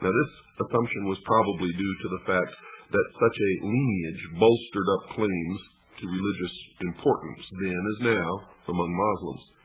this assumption was probably due to the fact that such a lineage bolstered up claims to religious importance, then as now, among moslems.